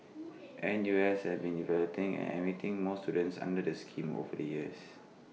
N U S has been evaluating and admitting more students under the scheme over the years